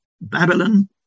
Babylon